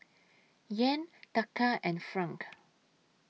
Yen Taka and Franc